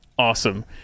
Awesome